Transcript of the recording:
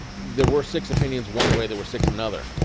there were six opinions one way, there were six another.